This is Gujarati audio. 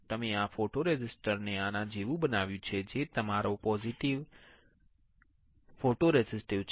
તમે તમારા ફોટોરેસિસ્ટને આના જેવું બનાવ્યું છે જે તમારો પોઝિટીવ ફોટોરેસિસ્ટ છે